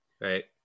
Right